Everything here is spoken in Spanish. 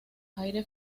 aire